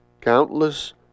countless